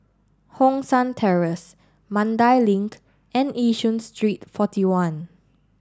Hong San Terrace Mandai Link and Yishun Street forty one